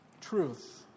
truth